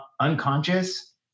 unconscious